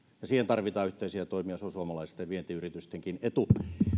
ja siihen tarvitaan yhteisiä toimia se on suomalaisten vientiyritystenkin etu